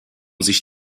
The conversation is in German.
sich